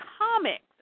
comics